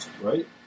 Right